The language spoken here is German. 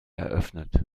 eröffnet